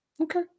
Okay